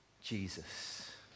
Jesus